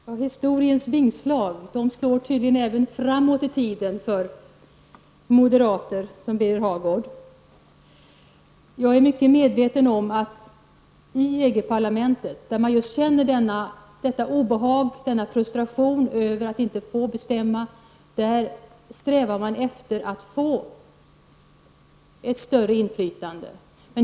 Herr talman! Historiens vingslag slår tydligen även framåt i tiden för moderater som Birger Hagård. Jag är mycket medveten om att man i EG parlamentet, där man känner detta obehag och denna frustration över att inte få bestämma, strävar efter att få ett större inflytande.